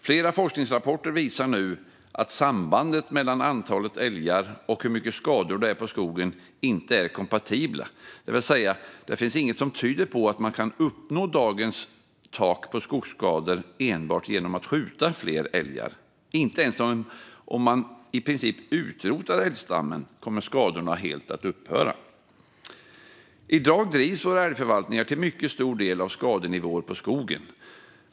Flera forskningsrapporter visar nu att det inte finns något samband mellan antalet älgar och hur mycket skador det är på skogen; de är inte kompatibla. Det finns inget som tyder på att man kan uppnå dagens tak på skogsskador enbart genom att skjuta fler älgar. Inte ens om man i princip utrotar älgstammen kommer skadorna helt att upphöra. I dag drivs älgförvaltningsgrupperna till mycket stor del av skadenivåerna på skogen.